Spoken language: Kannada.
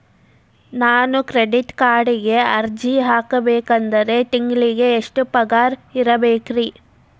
ನಾನು ಕ್ರೆಡಿಟ್ ಕಾರ್ಡ್ಗೆ ಅರ್ಜಿ ಹಾಕ್ಬೇಕಂದ್ರ ತಿಂಗಳಿಗೆ ಎಷ್ಟ ಪಗಾರ್ ಇರ್ಬೆಕ್ರಿ?